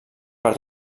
per